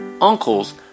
uncles